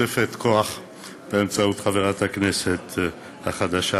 תוספת כוח באמצעות חברת הכנסת החדשה